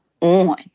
on